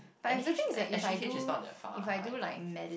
anyway S~ S_G_H is not far either